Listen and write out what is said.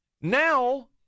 Now